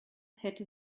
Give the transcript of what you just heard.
hätte